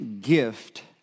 gift